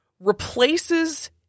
replaces